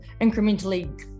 incrementally